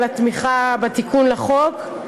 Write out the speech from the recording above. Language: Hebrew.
על התמיכה בתיקון לחוק,